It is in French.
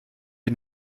une